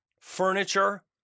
furniture